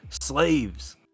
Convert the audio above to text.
slaves